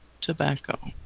Tobacco